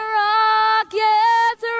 rocket's